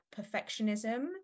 perfectionism